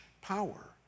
power